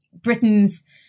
Britain's